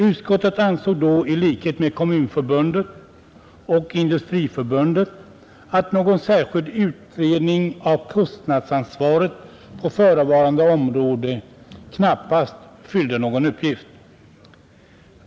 Utskottet ansåg då i likhet med Svenska kommunförbundet och Industriförbundet att någon särskild utredning av kostnadsansvaret på förevarande område knappast fyllde någon uppgift.